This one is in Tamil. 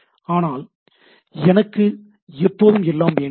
ஆனால் எனக்கு எப்போதும் எல்லாமும் வேண்டியதில்லை